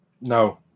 No